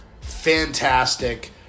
fantastic